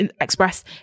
express